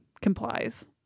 complies